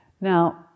Now